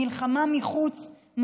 מלחמה מחוץ,